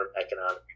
economic